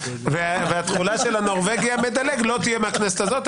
התחולה של "הנורבגי המדלג" לא תהיה מהכנסת הזאת,